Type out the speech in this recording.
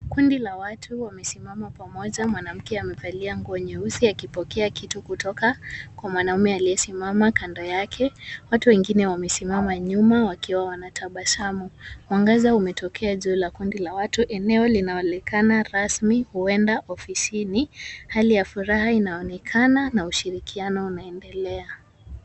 Kundi la watu wamesimama pamoja, mwanamke amevalia nguo nyeusi akipokea kitu kutoka kwa mwanamume aliyesimama kando yake, watu wengine wamesimama nyuma wakiwa wanatabasamu, mwangaza umetokea juu ya kundi la watu, eneo linaonekana rasmi huenda ofisini, hali ya furaha inaonekana na ushirikiano unaendelea.